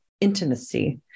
intimacy